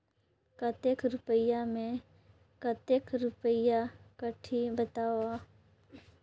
कतेक रुपिया मे कतेक रुपिया कटही बताव?